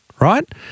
right